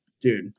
dude